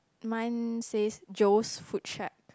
mine says Joe's food shack